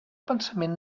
pensament